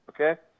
okay